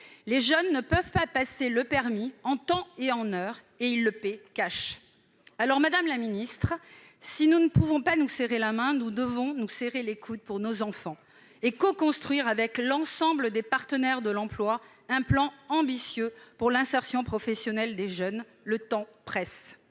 Les jeunes ne peuvent pas passer le permis en temps et en heure, et ils le paient ! Madame la ministre, si nous ne pouvons pas nous serrer la main, nous devons du moins nous serrer les coudes pour nos enfants et construire avec l'ensemble des partenaires de l'emploi un plan ambitieux pour l'insertion professionnelle des jeunes. Le temps presse